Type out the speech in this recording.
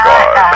God